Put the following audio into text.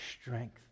strength